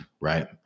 Right